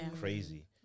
crazy